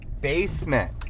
basement